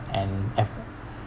and and